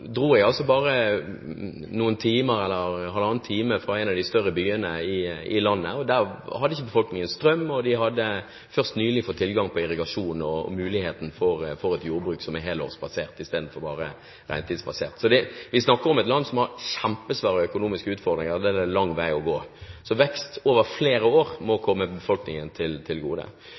i Etiopia, dro jeg bare noen timer, eller halvannen time, fra en av de større byene i landet. Der hadde ikke befolkningen strøm, og de hadde først nylig fått tilgang på irrigasjon og muligheten for et jordbruk som er helårsbasert istedenfor bare regntidsbasert. Vi snakker om et land som har kjempestore økonomiske utfordringer, og der det er en lang vei å gå. Så vekst over flere år må komme befolkningen til gode.